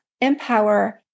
empower